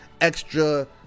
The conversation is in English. extra